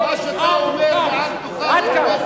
אתה הגעת עד כאן.